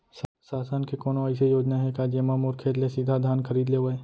शासन के कोनो अइसे योजना हे का, जेमा मोर खेत ले सीधा धान खरीद लेवय?